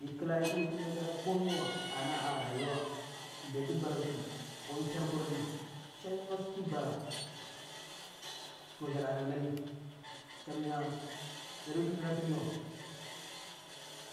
Ei klayadi matsala. Shanga sufi bara hyel ana ɗali;